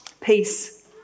peace